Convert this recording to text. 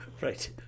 Right